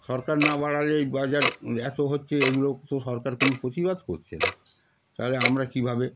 সরকার না বাড়ালে এই বাজার এত হচ্ছে এগুলো তো সরকার কোনো প্রতিবাদ করছে না তাহলে আমরা কীভাবে